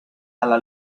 alla